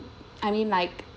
I mean like